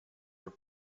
were